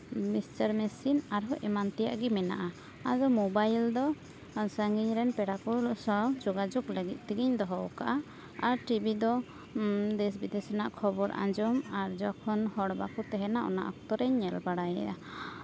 mixture machine ᱟᱨᱦᱚᱸ ᱮᱢᱟᱱ ᱛᱮᱭᱟᱜ ᱜᱮ ᱢᱮᱱᱟᱜᱼᱟ ᱟᱫᱚ ᱢᱳᱵᱟᱭᱤᱞ ᱫᱚ ᱥᱟᱺᱜᱤᱧ ᱨᱮᱱ ᱯᱮᱲᱟ ᱠᱚ ᱥᱟᱶ ᱡᱳᱜᱟᱡᱳᱜᱽ ᱞᱟᱹᱜᱤᱫ ᱛᱮᱜᱤᱧ ᱫᱚᱦᱚ ᱠᱟᱜᱼᱟ ᱟᱨ ᱴᱤᱵᱷᱤ ᱫᱚ ᱫᱮᱥ ᱵᱤᱫᱮᱥ ᱨᱮᱭᱟᱜ ᱠᱷᱚᱵᱚᱨ ᱟᱸᱡᱚᱢ ᱡᱚᱠᱷᱚᱱ ᱦᱚᱲ ᱵᱟᱠᱚ ᱛᱟᱦᱮᱱᱟ ᱚᱱᱟ ᱚᱠᱛᱚ ᱨᱤᱧ ᱧᱮᱞ ᱵᱟᱲᱟᱭᱮᱫᱼᱟ